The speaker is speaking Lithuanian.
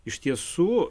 iš tiesų